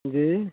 जी